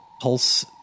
Pulse